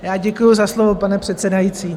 Já děkuji za slovo, pane předsedající.